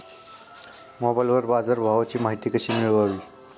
मोबाइलवर बाजारभावाची माहिती कशी मिळवावी?